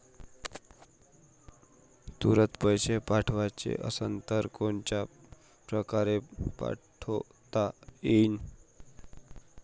तुरंत पैसे पाठवाचे असन तर कोनच्या परकारे पाठोता येईन?